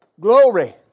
Glory